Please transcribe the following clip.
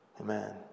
Amen